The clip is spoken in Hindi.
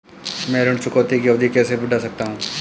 मैं ऋण चुकौती की अवधि कैसे बढ़ा सकता हूं?